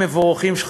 מדוע צריכים לדחות את